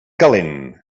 calent